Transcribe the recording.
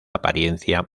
apariencia